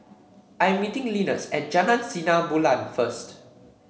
I'm meeting Linus at Jalan Sinar Bulan first